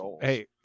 Hey